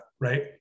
right